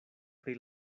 pri